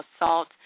assault